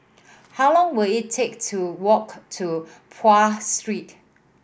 how long will it take to walk to Pahang Street